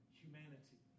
humanity